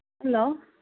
hello